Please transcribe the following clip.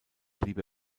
blieb